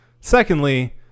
Secondly